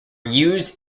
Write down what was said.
used